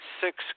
Six